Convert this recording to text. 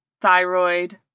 thyroid